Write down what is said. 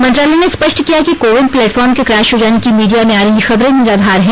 मंत्रालय ने स्पष्ट किया कि कोविन प्लेटफॉर्म के क्रैश हो जाने की मीडिया में आ रही खबरे निराधार हैं